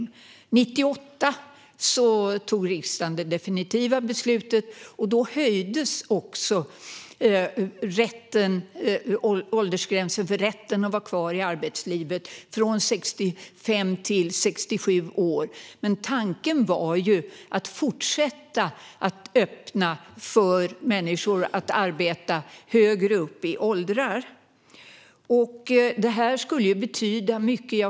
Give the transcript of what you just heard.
År 1998 tog riksdagen det definitiva beslutet, och då höjdes åldersgränsen för rätten att vara kvar i arbetslivet från 65 till 67 år. Tanken var dock att fortsätta att öppna för människor att arbeta högre upp i åldrarna. Detta skulle betyda mycket.